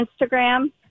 Instagram